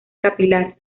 capilar